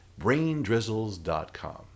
braindrizzles.com